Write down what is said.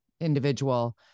individual